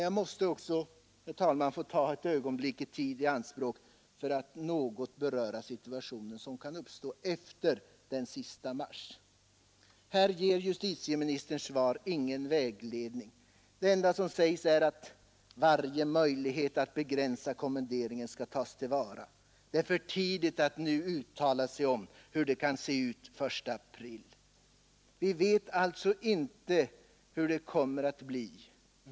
Jag måste, herr talman, få ta ett ögonblick i anspråk för att beröra den situation som kan uppstå efter den 31 mars. Här ger justitieministerns svar ingen vägledning. Det enda som sägs är att varje möjlighet att begränsa kommenderingen skall tas till vara och att det är för tidigt att nu uttala sig om hur det kan se ut den 1 april. Vi vet alltså inte hur det kommer att bli.